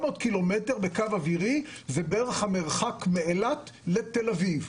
400 קילומטרים בקו אווירי זה בערך המרחק מאילת לתל אביב.